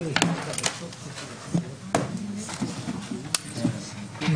הישיבה ננעלה בשעה 11:59.